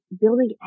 building